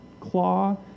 claw